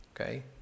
Okay